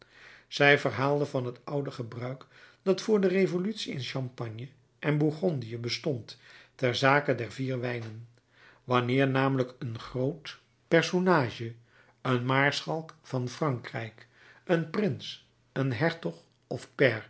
zij verhaalde van het oude gebruik dat vr de revolutie in champagne en bourgondië bestond ter zake der vier wijnen wanneer namelijk een groot personage een maarschalk van frankrijk een prins een hertog of